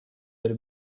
داری